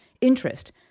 interest